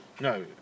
No